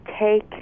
take